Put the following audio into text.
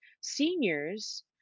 seniors